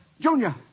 Junior